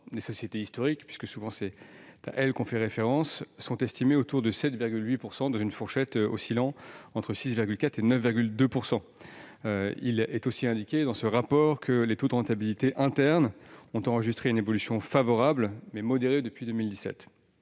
des sociétés historiques, puisque c'est souvent à elles que l'on fait référence, sont estimées autour de 7,8 %, dans une fourchette oscillant entre 6,4 % et 9,2 %. Il est aussi indiqué que les taux de rentabilité interne ont enregistré une évolution favorable, mais modérée depuis 2007